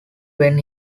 when